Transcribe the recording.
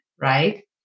right